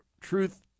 truth